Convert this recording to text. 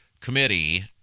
committee